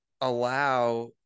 allow